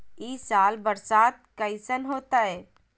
ई साल बरसात कैसन होतय?